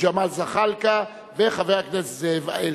ג'מאל זחאלקה וחבר הכנסת זאב אלקין.